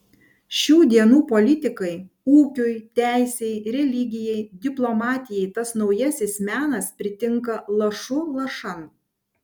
šių dienų politikai ūkiui teisei religijai diplomatijai tas naujasis menas pritinka lašu lašan